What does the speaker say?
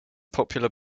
popular